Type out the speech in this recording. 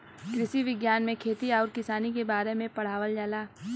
कृषि विज्ञान में खेती आउर किसानी के बारे में पढ़ावल जाला